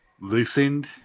loosened